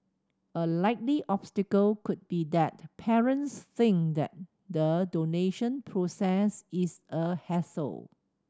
a likely obstacle could be that parents think that the donation process is a hassle